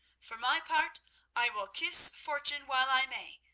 for my part i will kiss fortune while i may,